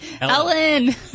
Ellen